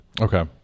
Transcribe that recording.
Okay